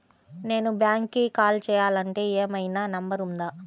నేను బ్యాంక్కి కాల్ చేయాలంటే ఏమయినా నంబర్ ఉందా?